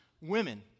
women